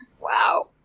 Wow